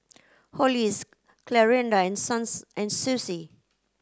Hollis Clarinda and Suns and Susie